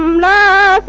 la